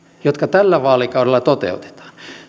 jotka tällä vaalikaudella toteutetaan